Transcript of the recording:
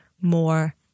more